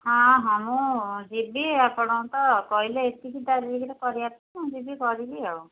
ହଁ ହଁ ମୁଁ ଯିବି ଆପଣ ତ କହିଲେ ଏତିକି ତାରିଖରେ କରିବା ପାଇଁ ମୁଁ ଯିବି କରିବି ଆଉ